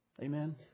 Amen